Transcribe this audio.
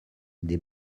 des